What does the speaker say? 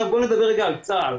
בואו נדבר רגע על צה"ל.